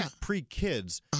pre-kids